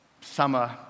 summer